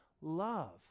love